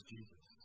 Jesus